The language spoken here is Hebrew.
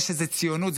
זה שזו ציונות,